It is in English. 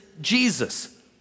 Jesus